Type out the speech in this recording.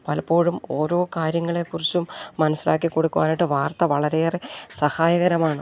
പലപ്പോഴും ഓരോ കാര്യങ്ങളെക്കുറിച്ചും മനസ്സിലാക്കി കൊടുക്കുവാനായിട്ട് വാർത്ത വളരെയേറെ സഹായകരമാണ്